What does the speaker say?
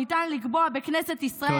ניתן לקבוע בכנסת ישראל,